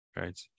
Right